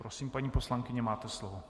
Prosím, paní poslankyně, máte slovo.